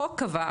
החוק קבע,